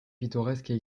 pittoresques